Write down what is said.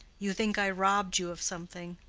you think i robbed you of something.